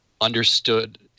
understood